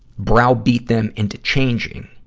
browbeat them into changing.